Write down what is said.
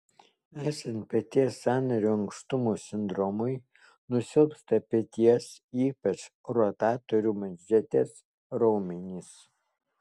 esant peties sąnario ankštumo sindromui nusilpsta peties ypač rotatorių manžetės raumenys